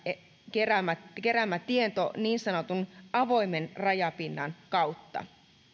keräämä keräämä tieto niin sanotun avoimen rajapinnan kautta